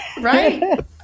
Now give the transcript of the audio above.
Right